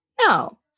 no